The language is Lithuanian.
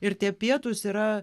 ir tie pietūs yra